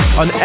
on